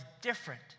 different